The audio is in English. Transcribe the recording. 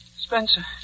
Spencer